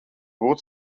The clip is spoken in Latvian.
būt